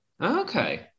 Okay